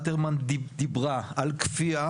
אלתרמן דיברה על כפייה,